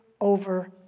over